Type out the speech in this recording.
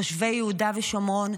תושבי יהודה ושומרון,